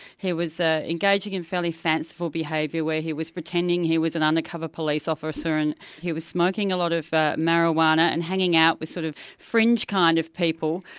he was ah engaging in fairly fanciful behaviour where he was pretending he was an undercover police officer, and he was smoking a lot of marijuana and hanging out with sort of fringe kind of people.